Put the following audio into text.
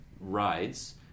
Rides